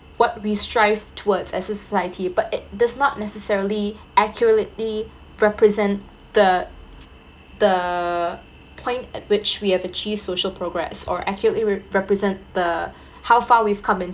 what we strive towards as a society but it does not necessarily accurately represent the the point at which we have achieve social progress or accurately re~ represent the how far we've come in